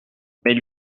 mais